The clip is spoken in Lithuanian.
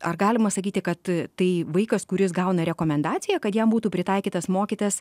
ar galima sakyti kad a tai vaikas kuris gauna rekomendaciją kad jam būtų pritaikytas mokytas